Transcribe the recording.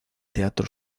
teatro